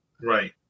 right